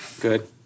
Good